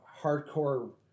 hardcore